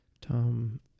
Tom